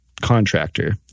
contractor